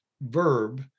verb